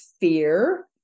fear